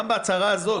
גם בהצהרה הזאת,